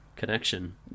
connection